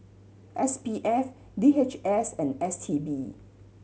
S P F D H S and S T B